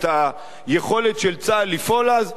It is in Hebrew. את היכולת של צה"ל לפעול אז,